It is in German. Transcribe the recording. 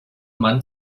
mann